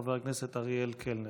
חבר הכנסת אריאל קלנר.